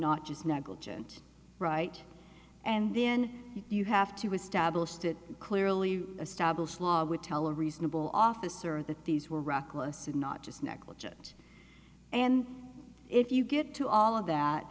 not just negligent right and then you have to establish that clearly established law would tell a reasonable officer that these were reckless and not just negligent and if you get to all of th